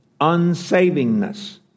unsavingness